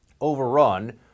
overrun